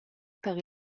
per